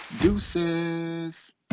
Deuces